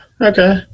okay